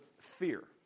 fear